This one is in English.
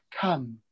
come